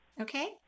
Okay